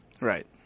Right